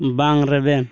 ᱵᱟᱝ ᱨᱮᱵᱮᱱ